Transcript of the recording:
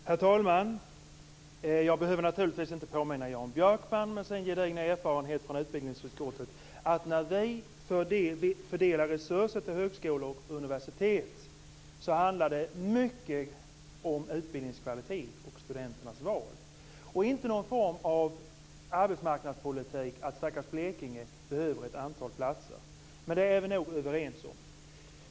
Herr talman! Jag behöver naturligtvis inte påminna Jan Björkman med sin gedigna erfarenhet från utbildningsutskottet, att när vi fördelar resurser till högskolor och universitet handlar det mycket om utbildningskvalitet och studenternas valmöjligheter. Det är inte fråga om någon form av arbetsmarknadspolitik, att stackars Blekinge behöver ett antal platser. Men det är vi nog överens om.